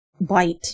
bite